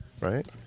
Right